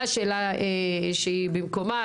שאלה במקומה.